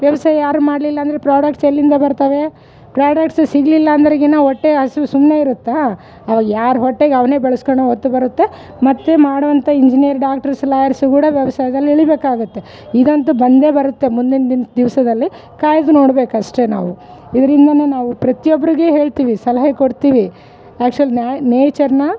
ವ್ಯವಸಾಯ ಯಾರು ಮಾಡ್ಲಿಲ್ಲ ಅಂದರೆ ಪ್ರಾಡಕ್ಟ್ಸ್ ಎಲ್ಲಿಂದ ಬರ್ತಾವೆ ಪ್ರಾಡಕ್ಟ್ಸ್ ಸಿಗಲಿಲ್ಲ ಅಂದ್ರೆಗಿನ ಒಟ್ಟೆ ಹಸುವು ಸುಮ್ನೇ ಇರುತ್ತಾ ಅವ ಯಾರು ಹೊಟ್ಟೆಗೆ ಅವ್ನೆ ಬೆಳ್ಸ್ಕೊನೋ ಹೊತ್ತು ಬರುತ್ತೆ ಮತ್ತು ಮಾಡುವಂಥ ಇಂಜಿನಿಯರ್ ಡಾಕ್ಟರ್ಸು ಲಾಯರ್ಸ್ ಕೂಡ ವ್ಯವ್ಸಾಯದಲ್ಲಿ ಇಳಿಬೇಕಾಗತ್ತೆ ಇದಂತೂ ಬಂದೆ ಬರುತ್ತೆ ಮುಂದಿನ ದಿನ ದಿವ್ಸದಲ್ಲಿ ಕಾಯ್ದು ನೋಡಬೇಕು ಅಷ್ಟೇ ನಾವು ಇದರಿಂದಾನೆ ನಾವು ಪ್ರತಿಯೊಬ್ಬರಿಗೆ ಹೇಳ್ತೀವಿ ಸಲಹೆ ಕೊಡ್ತೀವಿ ಆ್ಯಕ್ಚುವಲಿ ನೇಚರ್ನ